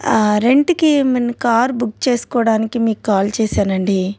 రెంట్కి మన car book చేసుకోవడానికి మీకు కాల్ చేసాను అండి